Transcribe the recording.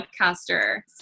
podcaster